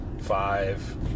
five